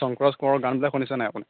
শংকুৰাজ কোঁৱৰৰ গানবিলাক শুনিছেনে নাই আপুনি